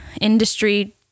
industry